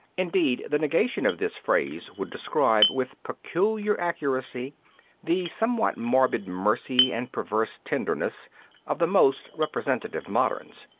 indeed, the negation of this phrase would describe with peculiar accuracy the somewhat morbid mercy and perverse tenderness of the most representative moderns.